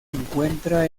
encuentra